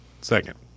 Second